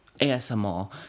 ASMR